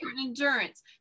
endurance